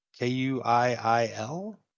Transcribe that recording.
k-u-i-i-l